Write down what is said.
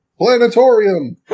Planetarium